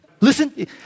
Listen